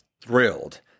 thrilled